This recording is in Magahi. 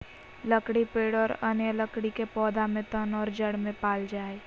लकड़ी पेड़ और अन्य लकड़ी के पौधा के तन और जड़ में पाल जा हइ